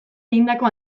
egindako